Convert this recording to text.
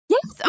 Yes